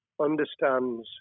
understands